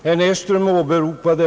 Herr talman!